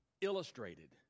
illustrated